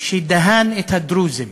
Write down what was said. שדהן את הדרוזים,